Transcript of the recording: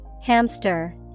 Hamster